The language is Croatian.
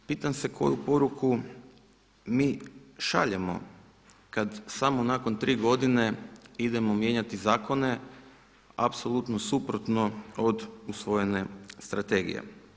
Pitam se koju poruku mi šaljemo kad samo nakon 3 godine idemo mijenjati zakone apsolutno suprotno od usvojene strategije.